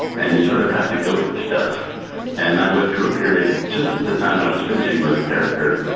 and you've sort of got to go through stuff and i went through a period just at the time i was finishing road to character,